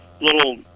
little